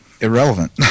irrelevant